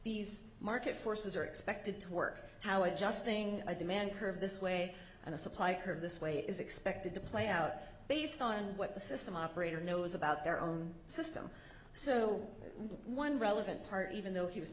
these market forces are expected to work how i just thing i demand curve this way and the supply curve this way is expected to play out based on what the system operator knows about their own system so one relevant part even though he was